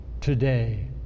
today